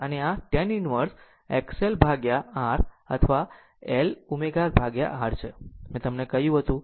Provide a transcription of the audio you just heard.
અને આ tan inverse XL upon R or L ω R છે મેં તમને કહ્યું હતું